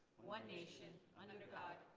one nation under god,